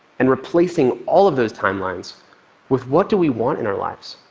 and replacing all of those timelines with what do we want in our lives.